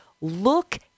look